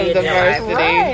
diversity